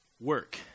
work